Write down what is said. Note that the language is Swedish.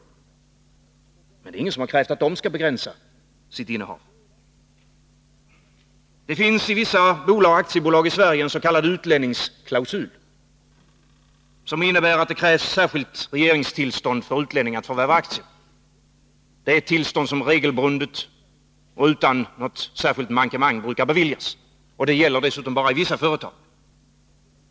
Men det är ingen som har krävt att de skall begränsa sitt innehav. Det finns i vissa aktiebolag i Sverige en s.k. utlänningsklausul, som innebär att det krävs särskilt regeringstillstånd för utlänning att förvärva aktier. Det är tillstånd som regelbundet och utan något särskilt mankemang beviljas, och det gäller dessutom bara i vissa företag.